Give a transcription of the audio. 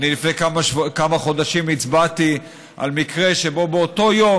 לפני כמה חודשים הצבעתי על מקרה שבו באותו יום